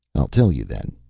i'll tell you, then,